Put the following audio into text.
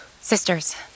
Sisters